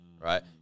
right